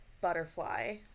Butterfly